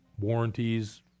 warranties